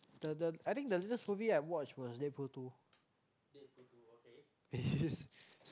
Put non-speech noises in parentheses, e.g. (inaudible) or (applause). the the I think the latest movie I watched was Deadpool Two (noise)